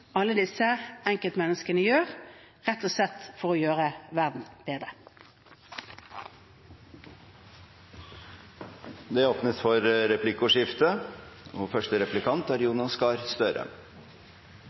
alle disse enkeltmenneskene gjør, rett og slett for å gjøre verden bedre. Det blir replikkordskifte.